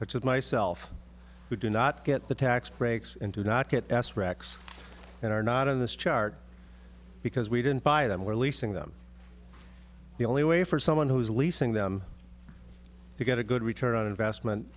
as myself who do not get the tax breaks and do not get s rex and are not in this chart because we didn't buy them where leasing them the only way for someone who is leasing them to get a good return on investment